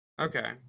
Okay